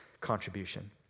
contribution